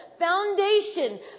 foundation